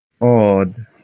Odd